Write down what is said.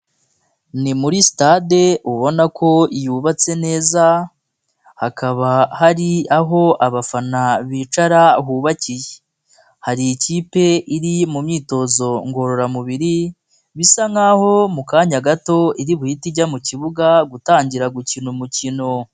Ni muri sitade ubona ko yubatse neza, hakaba hari aho abafana bicara bubakiye, hari ikipe iri mu myitozo ngororamubiri, bisa nk'aho mu kanya gato iri buhite ijya mu kibuga, gutangira gukina umukino.